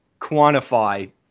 quantify